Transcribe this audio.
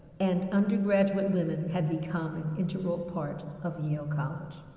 and undergraduate women had become an integral part of yale college.